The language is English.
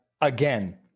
again